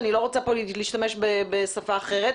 אני לא רוצה פה להשתמש בשפה אחרת,